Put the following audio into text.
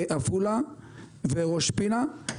עפולה וראש פינה.